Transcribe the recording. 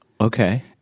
okay